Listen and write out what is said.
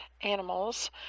animals